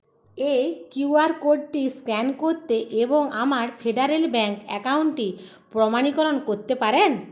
এই Q R কোডটি scan করতে এবং আমার ফেডারেল ব্যাঙ্ক অ্যাকাউন্টটি প্রমাণীকরণ করতে পারেন